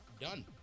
done